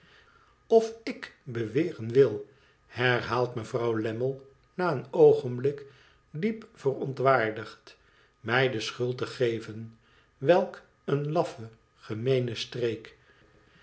beminde oftib beweren wil herhaalt mevrouw lammie na een oogenblik diep verontwaardigd mij de schuld te geven welk een laffe gemeene streek